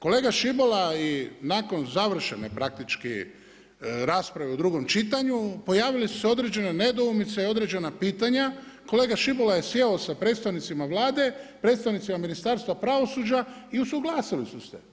Kolega Škibola nakon završene, praktički rasprave u drugom čitanju, pojavile su se određene nedoumice, određena pitanja, kolega Škibola je sjeo sa predstavnicima Vlade, predstavnicima Ministarstva pravosuđa i usuglasili su se.